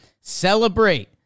celebrate